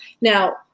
now